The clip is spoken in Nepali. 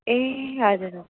ए हजुर